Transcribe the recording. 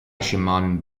shimon